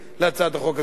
להצעת החוק הזאת,